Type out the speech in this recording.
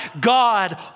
God